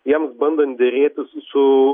jiems bandant derėtis su